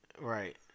Right